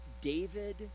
david